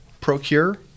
procure